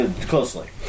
closely